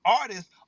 artists